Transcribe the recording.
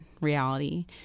reality